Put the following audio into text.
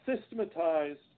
systematized